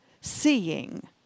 seeing